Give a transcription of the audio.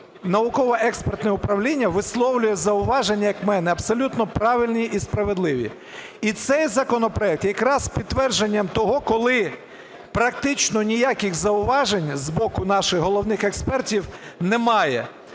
науково-експертне управління висловлює зауваження, як на мене, абсолютно правильні і справедливі. І цей законопроект є якраз підтвердженням того, коли практично ніяких зауважень з боку наших головних експертів немає.